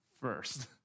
first